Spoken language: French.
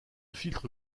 filtre